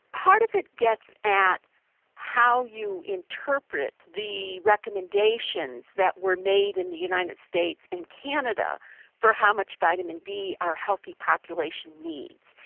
part of it gets at how you interpret the recommendations that were made in the united states and canada for how much vitamin d a healthy population needs.